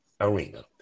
arena